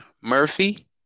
Murphy